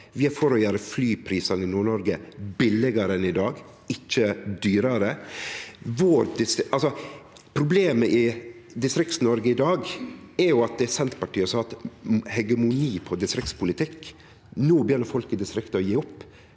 Vi er for å gjere flyprisane i Nord-Noreg billegare enn i dag – ikkje dyrare. Problemet i Distrikts-Noreg i dag er at Senterpartiet har hatt hegemoni på distriktspolitikken. No byrjar folk i distrikta å gje opp.